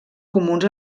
comuns